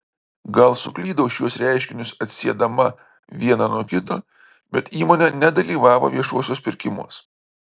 gal suklydau šiuos reiškinius atsiedama vieną nuo kito bet įmonė nedalyvavo viešuosiuos pirkimuos